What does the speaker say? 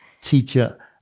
teacher